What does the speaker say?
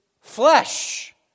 flesh